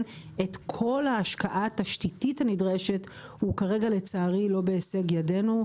את כל ההשקעה התשתיתית הנדרשת הוא כרגע לצערי לא בהישג ידינו,